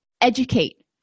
educate